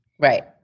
Right